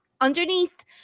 underneath